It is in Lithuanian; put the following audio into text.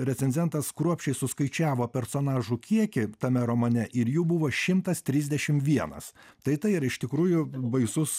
recenzentas kruopščiai suskaičiavo personažų kiekį tame romane ir jų buvo šimtas trisdešim vienas tai tai yra iš tikrųjų baisus